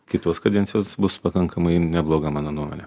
kitos kadencijos bus pakankamai nebloga mano nuomone